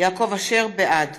בעד